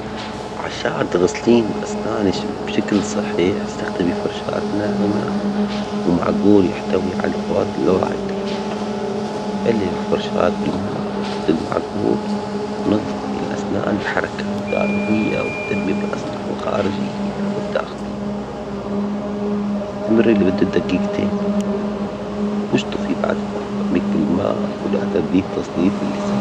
عشان تغسلين أسنانش بشكل صحي، استخدمي فرشاة ناعمة ومعجون يحتوي على الفلورايد، بللي الفرشاة بالماء، حطي المعجون، نظفي الأسنان بحركة دائرية واهتمي بالأسطح الخارجية والداخلية، استمري لمدة دقيقتين، واشطفي بعدها فمك بالماء ولا تنسي تنظيف اللسان.